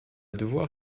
devoir